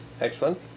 Excellent